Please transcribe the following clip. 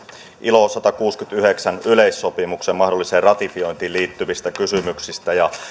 ilo satakuusikymmentäyhdeksän yleissopimuksen mahdolliseen ratifiointiin liittyvistä kysymyksistä ja